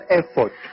effort